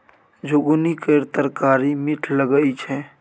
झिगुनी केर तरकारी मीठ लगई छै